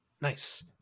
nice